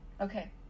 Okay